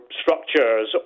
structures